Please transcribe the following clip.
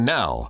now